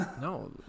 no